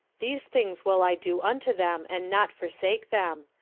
these things will i do unto them and not forsake them.